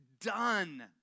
done